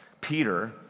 Peter